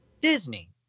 Disney